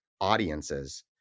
audiences